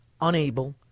unable